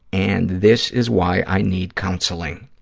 and this is why i need counseling.